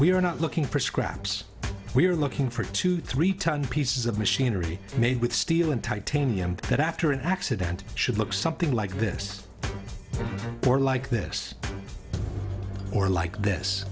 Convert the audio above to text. are not looking for scraps we are looking for two three ton pieces of machinery made with steel and titanium that after an accident should look something like this or like this or like this